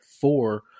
four